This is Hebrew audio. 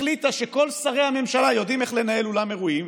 החליטה שכל שרי הממשלה יודעים איך לנהל אולם אירועים,